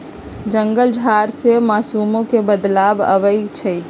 जंगल झार से मानसूनो में बदलाव आबई छई